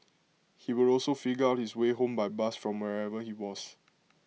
he would also figure out his way home by bus from wherever he was